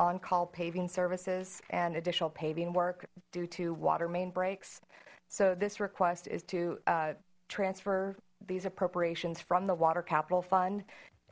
on call paving services and additional paving work due to water main breaks so this request is to transfer these appropriations from the water capital fund